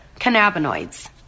cannabinoids